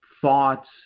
thoughts